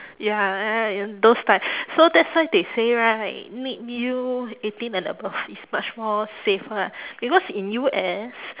ya those type so that's why they say right make you eighteen and above is much more safer lah because in U_S